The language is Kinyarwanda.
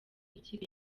ikipe